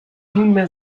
nunmehr